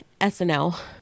SNL